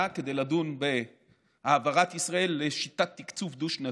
כדי לדון בהעברת ישראל לשיטת תקצוב דו-שנתית.